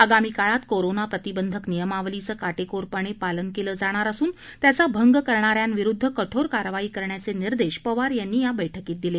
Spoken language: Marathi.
आगामी काळात कोरोना प्रतिबंधक नियमावलीचं काटेकोरपणे पालन केलं जाणार असून त्याचा भंग करणाऱ्यांविरुद्ध कठोर कारवाई करण्याचे निर्देश पवार यांनी या बैठकीत दिले